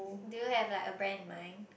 do you have like a brand in mind